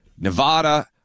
Nevada